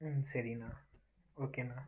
ம் சரிண்ணா ஓகேண்ணா